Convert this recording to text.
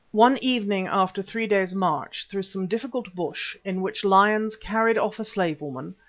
one evening, after three days' march through some difficult bush in which lions carried off a slave woman,